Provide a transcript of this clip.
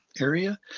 area